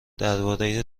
درباره